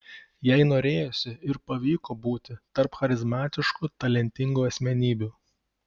jai norėjosi ir pavyko būti tarp charizmatiškų talentingų asmenybių